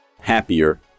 happier